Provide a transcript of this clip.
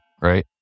right